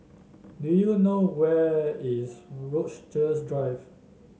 do you know where is Rochester Drive